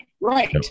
Right